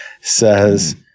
says